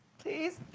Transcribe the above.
please?